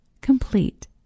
complete